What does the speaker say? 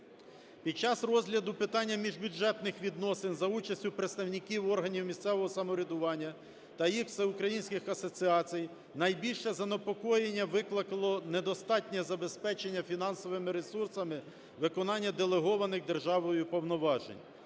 Під час розгляду питання міжбюджетних відносин за участю представників органів місцевого самоврядування та їх всеукраїнських асоціацій найбільше занепокоєння викликало недостатнє забезпечення фінансовими ресурсами виконання делегованих державою повноважень,